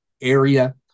area